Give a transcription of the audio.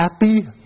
happy